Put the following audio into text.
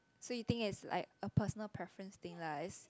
so you think as like a personal preference thing lah as